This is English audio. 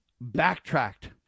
backtracked